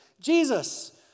Jesus